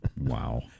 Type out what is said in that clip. Wow